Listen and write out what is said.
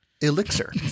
elixir